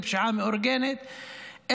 ומפשיעה מאורגנת,